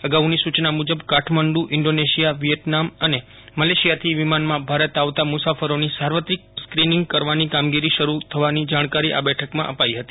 અગાઉની સૂચના મુજબ કાઠમંડુ ઇન્ડીનેશિયા વિએતનામ અને મલેશિયાથી વિમાનમાં ભારત આવતા મુસાફરોની સાર્વત્રિક સ્કિનિંગ કરવાની કામગીરી શરૂ થવાની જાણકારી આ બેઠકમાં અપાઇ હતી